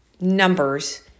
numbers